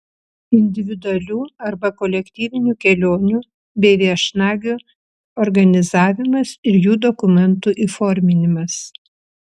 individualių arba kolektyvinių kelionių bei viešnagių organizavimas ir jų dokumentų įforminimas